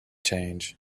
change